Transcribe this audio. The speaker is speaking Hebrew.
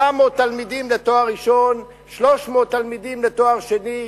תלמידים לתואר ראשון ו-300 תלמידים לתואר שני.